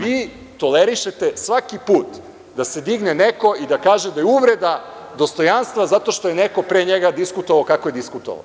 Vi tolerišete svaki put kada se digne neko i kaže da je uvreda dostojanstva zato što je neko pre njega diskutovao kako je diskutovao.